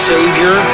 Savior